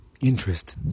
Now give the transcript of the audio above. interest